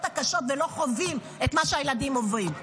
הקשות ולא חווים את מה שהילדים עוברים: